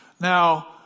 Now